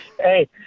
Hey